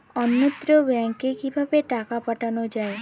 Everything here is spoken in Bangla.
অন্যত্র ব্যংকে কিভাবে টাকা পাঠানো য়ায়?